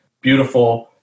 beautiful